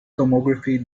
tomography